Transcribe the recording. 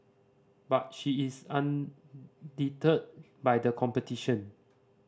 but she is undeterred by the competition